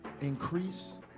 increase